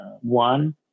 one